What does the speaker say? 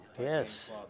yes